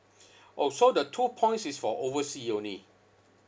orh so the two points is for overseas only